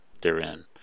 therein